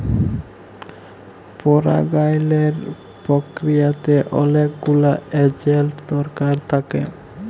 পরাগায়লের পক্রিয়াতে অলেক গুলা এজেল্ট দরকার থ্যাকে